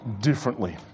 differently